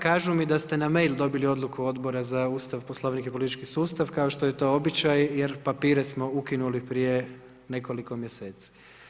Kažu mi da ste na mail dobili odluku Odbora za Ustav, Poslovnik i politički sustav kao što je to običaj jer papire smo ukinuli prije nekoliko mjeseci.